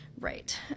right